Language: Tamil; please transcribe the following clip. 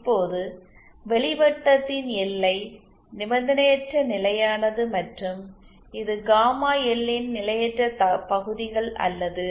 இப்போது வெளி வட்டத்தின் எல்லை நிபந்தனையற்ற நிலையானது மற்றும் இது காமா எல் ன் நிலையற்ற பகுதிகள் அல்லது